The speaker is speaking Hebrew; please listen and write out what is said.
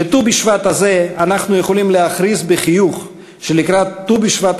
בט"ו בשבט הזה אנחנו יכולים להכריז בחיוך שלקראת ט"ו בשבט